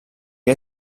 que